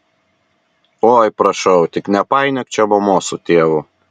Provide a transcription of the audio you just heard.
oi prašau tik nepainiok čia mamos su tėvu